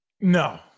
No